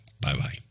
Bye-bye